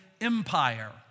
empire